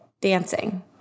dancing